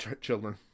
Children